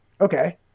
okay